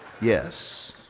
yes